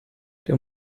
der